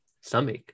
stomach